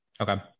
Okay